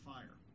Fire